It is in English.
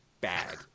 bad